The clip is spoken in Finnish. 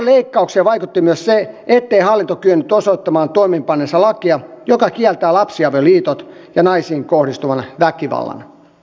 tuohon leikkaukseen vaikutti myös se ettei hallinto kyennyt osoittamaan toimeenpanneensa lakia joka kieltää lapsiavioliitot ja naisiin kohdistuvan väkivallan